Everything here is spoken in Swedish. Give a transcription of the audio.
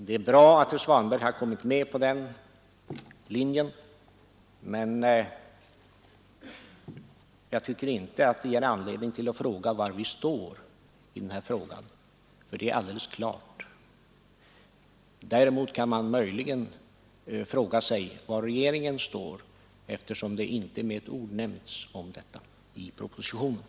Det är bra att herr Svanberg kommit med på den linjen, men jag tycker inte att det ger anledning till att fråga var vi står i den här saken, för det är alldeles klart. Däremot kan man möjligen undra var regeringen står, eftersom detta inte med ett ord omnämnts i propositionen.